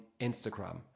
instagram